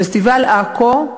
פסטיבל עכו,